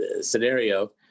scenario